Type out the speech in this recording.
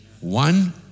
One